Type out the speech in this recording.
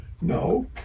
no